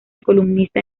columnista